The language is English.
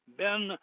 ben